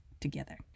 together